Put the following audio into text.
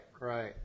right